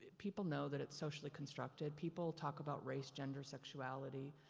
people know that it's socially constructed people talk about race, gender, sexuality.